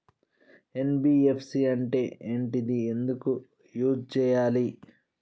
NBFC అంటే ఏంటిది ఎందుకు యూజ్ చేయాలి?